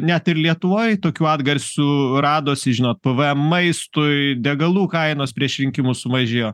net ir lietuvoj tokių atgarsių radosi žinot pvm maistui degalų kainos prieš rinkimus sumažėjo